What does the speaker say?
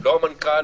לא המנכ"ל,